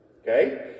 Okay